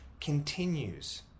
continues